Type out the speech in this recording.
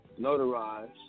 notarized